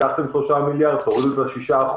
הבטחתם 3 מיליארד שקל, תורידו את ה-6%,